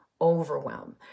overwhelm